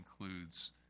includes